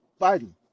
Biden